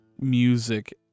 music